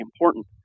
important